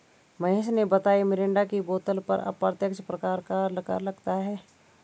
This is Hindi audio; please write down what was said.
महेश ने बताया मिरिंडा की बोतल पर अप्रत्यक्ष प्रकार का कर लगता है